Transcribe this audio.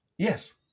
Yes